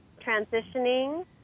transitioning